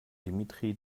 dimitri